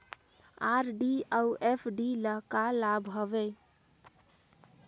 RD अऊ FD ल का लाभ हवे?